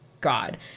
God